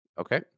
Okay